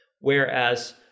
whereas